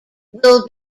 will